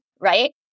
right